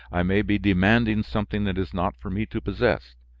i may be demanding something that is not for me to possess,